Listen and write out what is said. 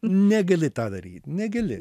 negali tą daryt negali